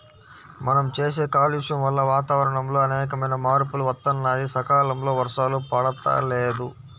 మనం చేసే కాలుష్యం వల్ల వాతావరణంలో అనేకమైన మార్పులు వత్తన్నాయి, సకాలంలో వర్షాలు పడతల్లేదు